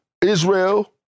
Israel